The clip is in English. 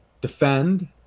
defend